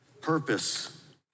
Purpose